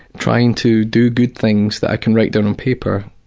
trying to do good things that i can write down on paper.